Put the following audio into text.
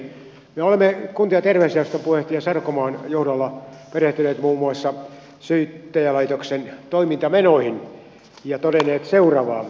me olemme kunta ja terveysjaoston puheenjohtaja sarkomaan johdolla perehtyneet muun muassa syyttäjälaitoksen toimintamenoihin ja todenneet seuraavaa